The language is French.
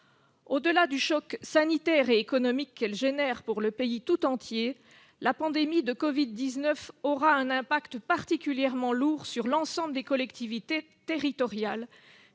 Au-delà du choc sanitaire et économique qu'elle provoque dans le pays tout entier, la pandémie de Covid-19 aura un impact particulièrement lourd sur l'ensemble des collectivités territoriales